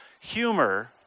Humor